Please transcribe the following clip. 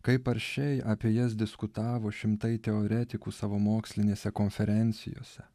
kaip aršiai apie jas diskutavo šimtai teoretikų savo mokslinėse konferencijose